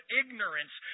ignorance